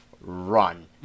Run